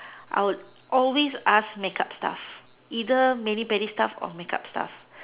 I would always ask makeup stuff either mani pedi stuff or makeup stuff